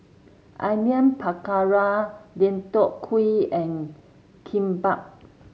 Onion Pakora Deodeok Gui and Kimbap